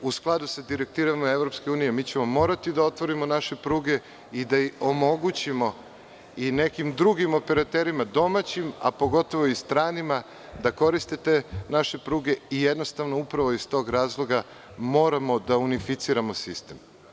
U skladu sa direktivama sa EU moraćemo da otvorimo naše pruge i da omogućimo i nekim drugim operaterima domaćim, a pogotovo i stranim da koriste te pruge i iz tog razloga moramo da unificiramo sistem.